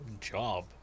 job